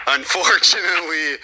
Unfortunately